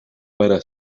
para